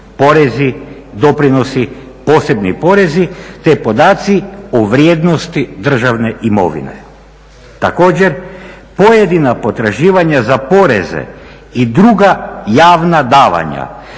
doprinosi, posebni porezi te podaci o vrijednosti državne imovine. Također pojedina potraživanja za poreze i druga javna davanja